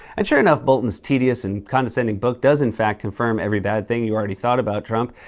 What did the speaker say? and sure enough, bolton's tedious and condescending book does, in fact, confirm every bad thing you already thought about trump,